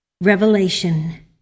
Revelation